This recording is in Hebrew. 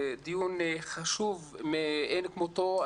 דיון חשוב מאין כמותו.